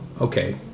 okay